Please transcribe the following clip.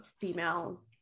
female